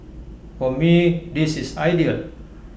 for me this is ideal